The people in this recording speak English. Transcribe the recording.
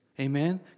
Amen